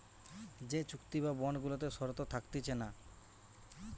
যে চুক্তি বা বন্ড গুলাতে শর্ত থাকতিছে না